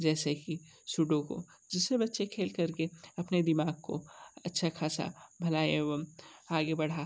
जैसे कि सुडोकू जिससे बच्चे खेल करके अपने दिमाग को अच्छा ख़ासा भला एवं आगे बढ़ा